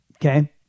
Okay